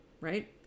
right